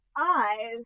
eyes